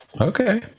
Okay